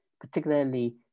particularly